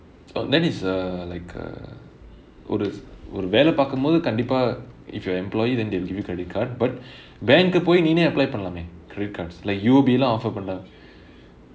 oh then is uh like uh ஒரு ஒரு வேலை பார்க்கும்போது கண்டிப்பா:oru oru velai paarkumpothu kandippaa if you are a employee then they'll give you credit card but bank கு போய் நீயே:ku poi neeyae apply பண்லாமே:panlaamae credit cards like U_O_B எல்லாம்:ellaam offer பன்றாங்க:pandraanga